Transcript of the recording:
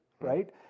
right